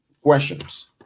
questions